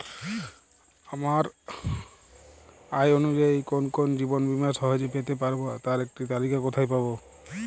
আমার আয় অনুযায়ী কোন কোন জীবন বীমা সহজে পেতে পারব তার একটি তালিকা কোথায় পাবো?